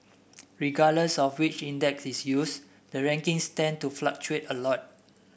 regardless of which index is used the rankings tend to fluctuate a lot